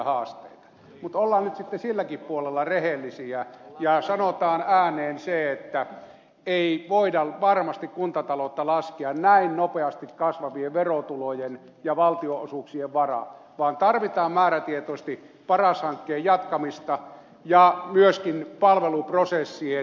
mutta ollaan nyt sitten silläkin puolella rehellisiä ja sanotaan ääneen se että ei voida varmasti kuntataloutta laskea näin nopeasti kasvavien verotulojen ja valtio osuuksien varaan vaan tarvitaan määrätietoisesti paras hankkeen jatkamista ja myöskin palveluprosessien kehittämistä